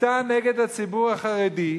מסיתה נגד הציבור החרדי,